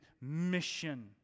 mission